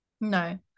no